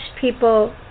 people